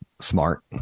smart